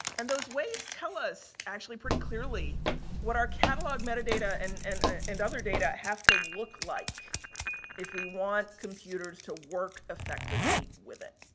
and, those ways tell us, actually, pretty clearly what our catalog metadata and and and other data have to look like if we want computers to work effectively with it.